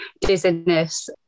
dizziness